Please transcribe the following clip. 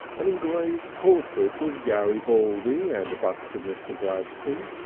an engraved portrait of garibaldi and a bust of mr. gladstone,